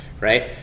Right